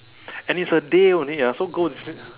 and it's a day only ah so go and